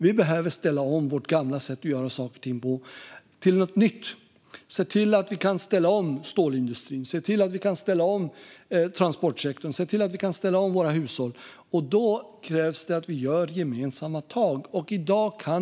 Vi behöver ställa om vårt gamla sätt att göra saker och ting på till något nytt och se till att vi kan ställa om stålindustrin, transportsektorn och våra hushåll. Då krävs det att vi gör gemensamma tag.